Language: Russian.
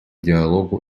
диалогу